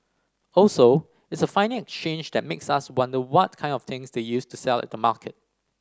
also it's a funny exchange that makes us wonder what kind of things they used to sell at the market